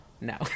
No